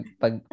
pag